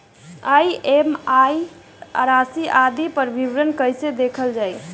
EMI राशि आदि पर विवरण कैसे देखल जाइ?